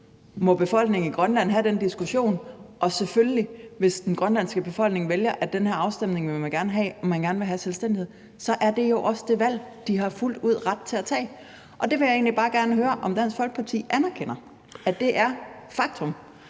må befolkningen i Grønland have den diskussion? Og hvis den grønlandske befolkning vælger, at den her afstemning vil man gerne have, og at man gerne vil have selvstændighed, er det jo også det valg, de har fuldt ud ret til at tage. Det vil jeg egentlig bare gerne høre om Dansk Folkeparti anerkender, altså at det er faktum.